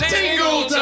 Tingle